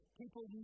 people